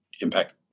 impact